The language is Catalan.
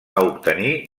obtenir